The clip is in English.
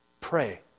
Pray